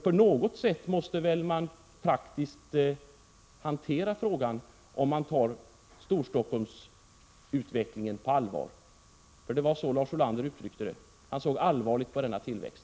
På något sätt måste man väl praktiskt hantera frågan om man tar Storstockholmsutvecklingen på allvar — det var så Lars Ulander uttryckte det, att han såg allvarligt på denna tillväxt.